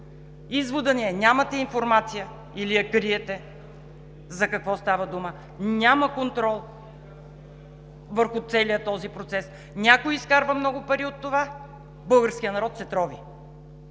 Изводът ни е: нямате информация или криете за какво става дума, нямате контрол върху целия този процес – някой изкарва много пари от това, а българският народ се трови.